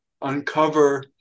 uncover